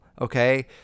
Okay